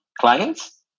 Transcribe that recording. Clients